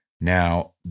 Now